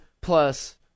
plus